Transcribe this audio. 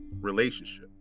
relationship